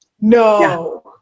No